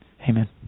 Amen